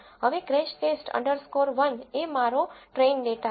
હવે crash test underscore 1crashTest 1 એ મારો ટ્રેઇન ડેટા છે